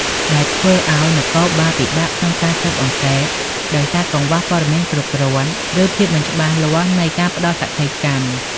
ដែលធ្វើឲ្យ នគរបាលពិបាកក្នុងការស៊ើបអង្កេត ដោយសារកង្វះព័ត៌មានគ្រប់គ្រាន់ ឬភាពមិនច្បាស់លាស់នៃការផ្តល់សក្ខីកម្ម។